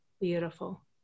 beautiful